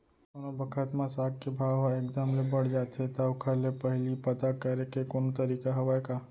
कोनो बखत म साग के भाव ह एक दम ले बढ़ जाथे त ओखर ले पहिली पता करे के कोनो तरीका हवय का?